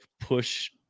push